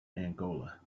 angola